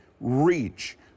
reach